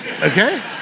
okay